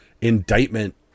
indictment